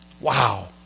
Wow